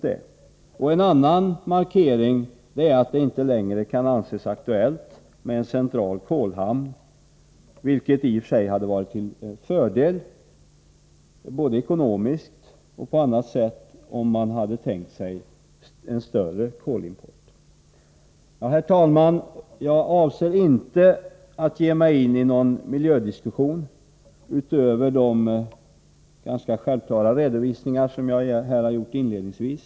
En annan markering är att det inte längre kan anses vara aktuellt med en central kolhamn, något som i och för sig hade varit till fördel ekonomiskt och på annat sätt, om man hade tänkt sig en större kolimport. Herr talman! Jag avser inte att ge mig in på någon miljödiskussion, bortsett från de ganska självklara redovisningar som jag gjorde inledningsvis.